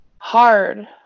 hard